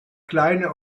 kleine